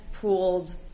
pooled